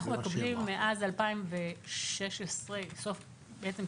אנחנו מקבלים מאז תחילת 2017 מידע